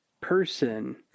person